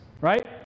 right